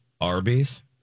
Arby's